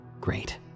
great